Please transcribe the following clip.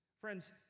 Friends